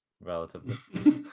relatively